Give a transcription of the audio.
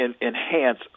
enhance